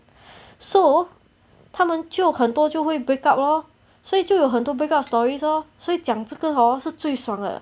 so 他们就很多就会 break up lor 所以就有很多 break up stories oh 所以讲这个 hor 是最爽的